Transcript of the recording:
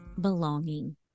belonging